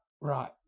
Right